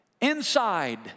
inside